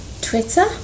Twitter